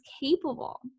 capable